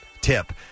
tip